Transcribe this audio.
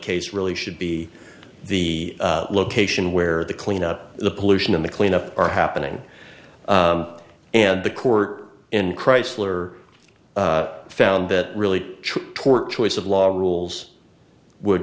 case really should be the location where the cleanup the pollution and the cleanup are happening and the court in chrysler found that really poor choice of law rules would